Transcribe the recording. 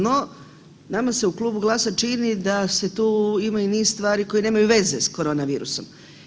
No, nama se u klubu GLAS-a čini da tu ima i niz stvari koji nemaju veze s korona virusom.